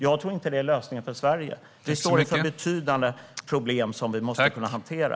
Men jag tror inte att det är lösningen för Sverige. Vi står inför betydande problem som vi måste kunna hantera.